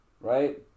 Right